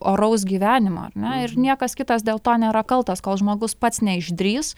oraus gyvenimo ar ne ir niekas kitas dėl to nėra kaltas kol žmogus pats neišdrįs